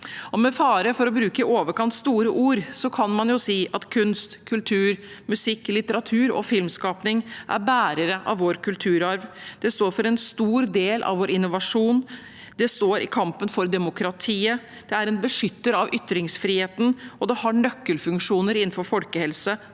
Med fare for å bruke i overkant store ord kan man jo si at kunst, kultur, musikk, litteratur og filmskaping er bærere av vår kulturarv, står for en stor del av vår innovasjon, står i kampen for demokratiet, er en beskytter av ytringsfriheten og har nøkkelfunksjoner innenfor folkehelse,